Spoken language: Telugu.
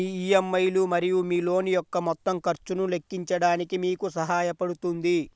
మీ ఇ.ఎం.ఐ లు మరియు మీ లోన్ యొక్క మొత్తం ఖర్చును లెక్కించడానికి మీకు సహాయపడుతుంది